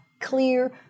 clear